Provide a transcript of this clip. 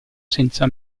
senza